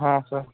हां सर